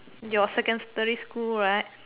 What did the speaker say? your secondary school right